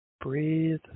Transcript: breathe